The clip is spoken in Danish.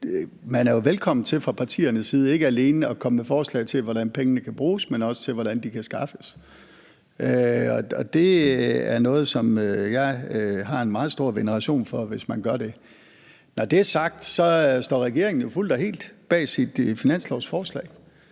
man jo er velkommen til fra partiernes side ikke alene at komme med forslag til, hvordan pengene kan bruges, men også til, hvordan de kan skaffes. Det er noget, som jeg har en meget stor veneration for hvis man gør. Når det er sagt, står regeringen jo fuldt og helt bag sit finanslovsforslag.